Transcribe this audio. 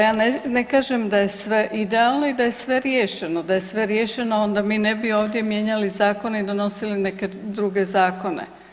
Pa ja ne kažem da je sve idealno i da je sve riješeno, da je sve riješeno, onda mi ne bi ovdje mijenjali zakone i donosili neke druge zakone.